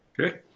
Okay